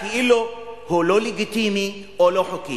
כאילו הוא לא לגיטימי או לא חוקי.